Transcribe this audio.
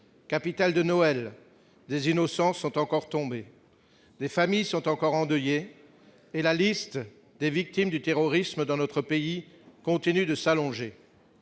capitale de Noël, des innocents sont encore tombés, des familles sont encore endeuillées. Et la liste des victimes du terrorisme dans notre pays continue de s'allonger.